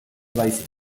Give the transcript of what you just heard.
baizik